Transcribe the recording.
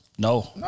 No